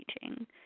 teaching